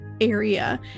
area